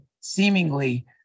seemingly